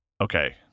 Okay